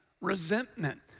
resentment